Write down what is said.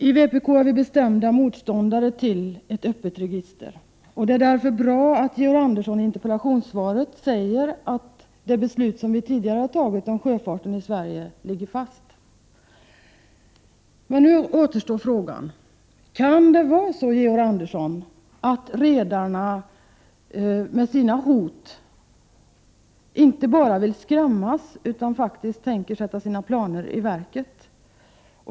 I vpk är vi bestämda motståndare till ett öppet register. Det är därför bra att Georg Andersson i interpellationssvaret säger att det beslut om sjöfarten i Sverige vi tidigare har fattat ligger fast. Nu återstår frågan: Kan det vara så, Georg Andersson, att redarna inte bara vill skrämmas med sina hot utan faktiskt tänker sätta sina planer i verket?